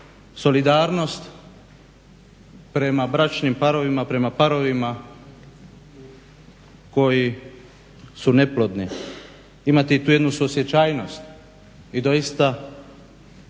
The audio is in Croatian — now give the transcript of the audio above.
solidarnost prema bračnim parovima, prema parovima koji su neplodni. Imati tu jednu suosjećajnost i doista